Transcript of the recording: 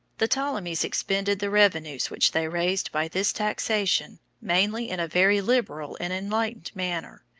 the ptolemies expended the revenues which they raised by this taxation mainly in a very liberal and enlightened manner,